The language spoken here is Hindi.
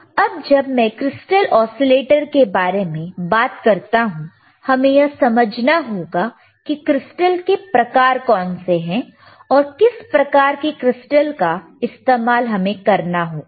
अब जब मैं क्रिस्टल औसीलेटर के बारे में बात करता हूं हमें यह समझना होगा की क्रिस्टल के प्रकार कौन से हैं और किस प्रकार के क्रिस्टल का इस्तेमाल हमें करना होगा